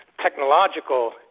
Technological